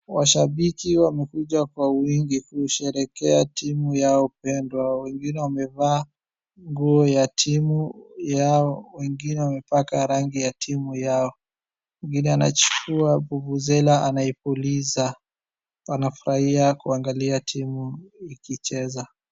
Washambiki wamekuja kwa wingi kusherekea timu yao pendwa, wengine wamevaa nguo ya timu yao, wengine wamepaka rangi ya timu yao. Mwingine anaichukua vuvuzela anaipuliza. Wanafurahia kuangalia timu ikicheza.